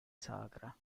sacra